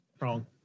wrong